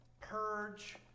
purge